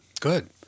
Good